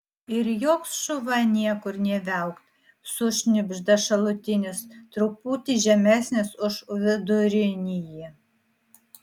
ir joks šuva niekur nė viaukt sušnibžda šalutinis truputį žemesnis už vidurinįjį